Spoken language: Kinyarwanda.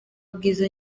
bwiza